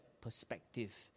perspective